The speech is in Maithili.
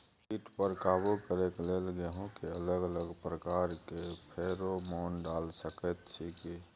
कीट पर काबू करे के लेल गेहूं के अलग अलग प्रकार के फेरोमोन डाल सकेत छी की?